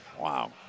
Wow